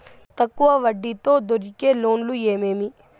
తక్కువ వడ్డీ తో దొరికే లోన్లు ఏమేమి